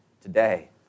today